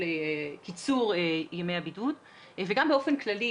של קיצור ימי הבידוד, וגם באופן כללי.